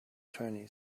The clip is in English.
attorney